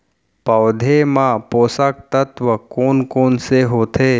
पौधे मा पोसक तत्व कोन कोन से होथे?